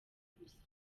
gusa